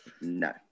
No